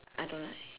I don't like